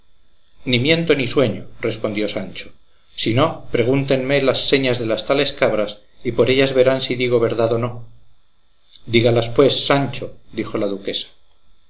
ni miento ni sueño respondió sancho si no pregúntenme las señas de las tales cabras y por ellas verán si digo verdad o no dígalas pues sancho dijo la duquesa